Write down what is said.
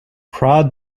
prod